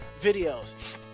videos